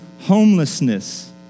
homelessness